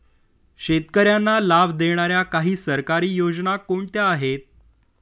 शेतकऱ्यांना लाभ देणाऱ्या काही सरकारी योजना कोणत्या आहेत?